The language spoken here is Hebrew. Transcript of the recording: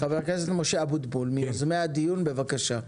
חבר הכנסת משה אבוטבול, מיוזמי הדיון, בבקשה.